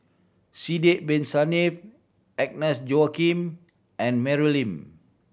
Sidek Bin Saniff Agnes Joaquim and Mary Lim